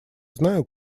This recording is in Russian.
знаю